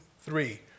three